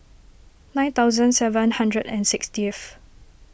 nine thousand seven hundred and sixtieth